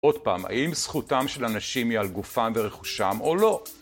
עוד פעם, האם זכותם של אנשים היא על גופם ורכושם או לא?